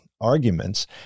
arguments